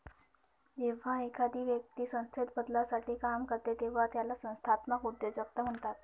जेव्हा एखादी व्यक्ती संस्थेत बदलासाठी काम करते तेव्हा त्याला संस्थात्मक उद्योजकता म्हणतात